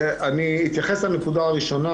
אני אתייחס לנקודה הראשונה.